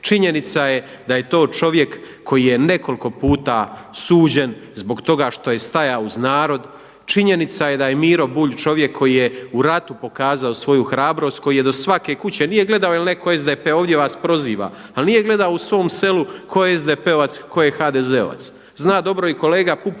Činjenica je da je to čovjek koji je nekoliko puta suđen zbog toga što je stajao uz narod. Činjenica je da je Miro Bulj čovjek koji je u ratu pokazao svoju hrabrost, koji je do svake kuće – nije gledao jer netko SDP-e, ovdje vas proziva – ali nije gledao u svom selu tko je SDP-ovac, tko je HDZ-ovac. Zna dobro i kolega Pupovac